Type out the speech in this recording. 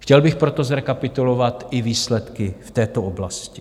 Chtěl bych proto zrekapitulovat i výsledky v této oblasti.